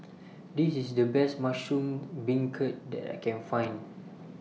This IS The Best Mushroom Beancurd that I Can Find